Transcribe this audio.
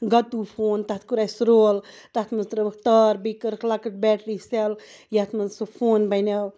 گَتوٗ phone تَتھ کوٚر اَسہِ رول تَتھ منٛز ترٲوٕکھ تار بیٚیہِ کٔرٕکھ لۄکٕٹ بیٹری سیٚل یَتھ منٛز سُہ فون بَنیو